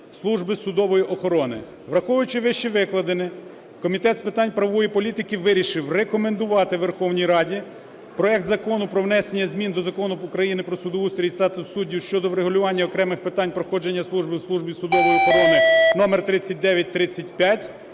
Служби судової охорони. Враховуючи вищевикладене, Комітет з питань правової політики вирішив рекомендувати Верховній Раді проект Закону про внесення змін до Закону України "Про судоустрій і статус суддів" щодо врегулювання окремих питань проходження служби у Службі судової охорони (№ 3935),